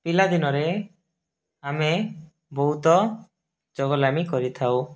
ପିଲାଦିନରେ ଆମେ ବହୁତ ଚଗଲାମୀ କରିଥାଉ